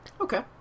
okay